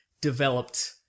developed